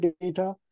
data